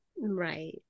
Right